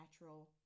natural